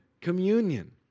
Communion